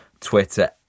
Twitter